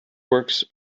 works